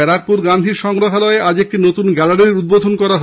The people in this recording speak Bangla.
ব্যারাকপুরে গান্ধী সংগ্রহালয়ে আজ একটি নতুন গ্যালারির উদ্বোধন করা হয়